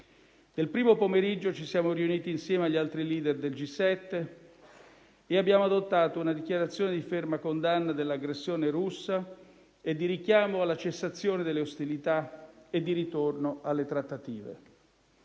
Nel primo pomeriggio ci siamo riuniti insieme agli altri *leader* del G7 e abbiamo adottato una dichiarazione di ferma condanna dell'aggressione russa, di richiamo alla cessazione delle ostilità e di ritorno alle trattative.